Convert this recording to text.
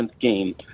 game